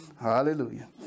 Hallelujah